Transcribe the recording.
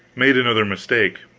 made another mistake.